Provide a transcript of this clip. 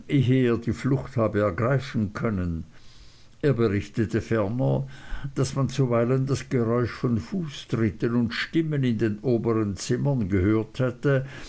die flucht habe ergreifen können er berichtete ferner daß man zuweilen das geräusch von fußtritten und stimmen in den obern zimmern gehört hätte